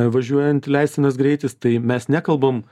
važiuojant leistinas greitis tai mes nekalbam